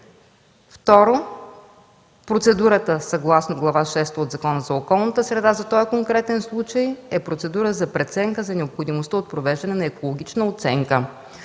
Второ, процедурата, съгласно Глава шеста от Закона за околната среда в този конкретен случай, е процедура за преценка за необходимостта от провеждане на екологична оценка.